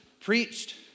preached